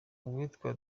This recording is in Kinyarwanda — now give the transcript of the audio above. uwitwa